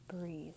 breathe